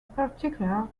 particular